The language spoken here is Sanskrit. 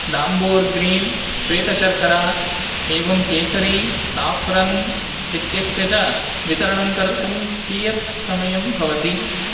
दाम्बोर् ग्रीन् श्वेतशर्करा एवं केसरी साफ़्रन् इत्यस्य च वितरणं कर्तुं कियत् समयं भवति